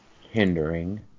hindering